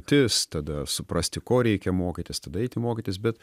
tis tada suprasti ko reikia mokytis tada eiti mokytis bet